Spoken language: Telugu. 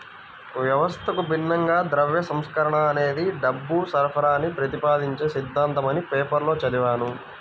వ్యవస్థకు భిన్నంగా ద్రవ్య సంస్కరణ అనేది డబ్బు సరఫరాని ప్రతిపాదించే సిద్ధాంతమని పేపర్లో చదివాను